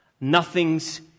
Nothing's